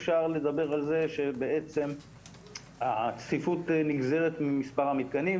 אפשר לדבר על זה שבעצם הצפיפות נגזרת ממספר המתקנים.